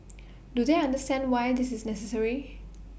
do they understand why this is necessary